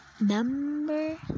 number